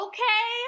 Okay